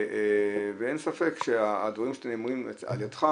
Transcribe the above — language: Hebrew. אין ספק שהדברים שנאמרים על ידך,